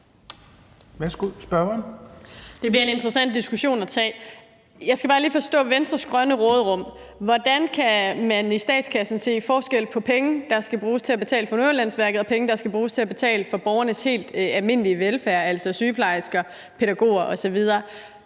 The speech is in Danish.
Det bliver en interessant diskussion at tage. Jeg skal bare lige forstå noget i forhold til Venstres grønne råderum: Hvordan kan man i statskassen se forskel på penge, der skal bruges til at betale for Nordjyllandsværket, og penge, der skal bruges til at betale for borgernes helt almindelige velfærd, altså sygeplejersker, pædagoger osv.?